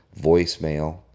voicemail